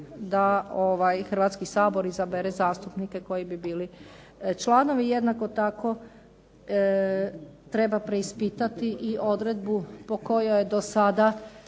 da Hrvatski sabor izabere zastupnike koji bi bili članovi. I jednako tako treba preispitati i odredbu po kojoj je do sada